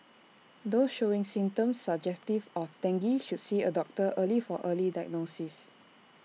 those showing symptoms suggestive of dengue should see A doctor early for early diagnosis